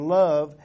love